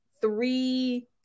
three